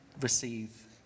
receive